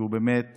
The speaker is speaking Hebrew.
שבאמת עמל,